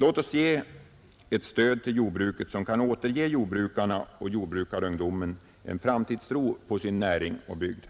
Låt oss ge ett stöd till jordbruket som kan återge jordbrukarna och jordbrukarungdomen en framtidstro på sin näring och bygd.